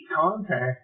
contact